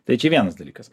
tai vienas dalykas